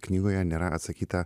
knygoje nėra atsakyta